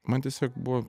man tiesiog buvo